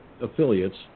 affiliates